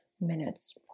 minutes